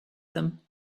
them